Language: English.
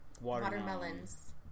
Watermelons